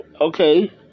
Okay